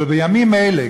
אבל בימים אלה,